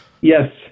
Yes